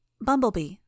Bumblebee